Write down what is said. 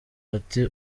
ati